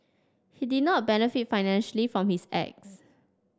he did not benefit financially from his acts